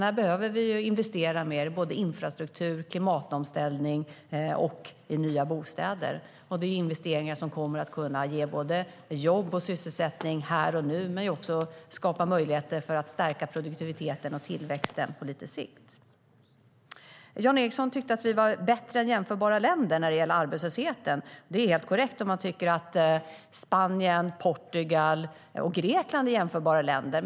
Här behöver vi investera mer i infrastruktur, klimatomställning och i nya bostäder. Det är investeringar som kommer att ge både jobb och sysselsättning här och nu och skapa möjlighet att stärka produktiviteten och tillväxten på lite sikt. Jan Ericson tyckte att Sverige är bättre än jämförbara länder när det gäller arbetslösheten. Det är helt korrekt om man tycker att Spanien, Portugal och Grekland är jämförbara länder.